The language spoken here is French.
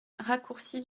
raccourci